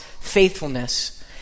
faithfulness